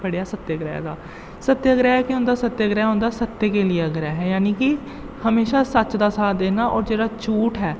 पढ़ेआ सत्याग्रह दा सत्याग्रह केह् होंदा सत्याग्रह होंदा सत्य के लेई आग्रह् जानि कि हमेशा सच दा साथ देना और जेह्ड़ा झूठ ऐ